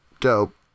Dope